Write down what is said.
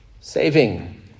saving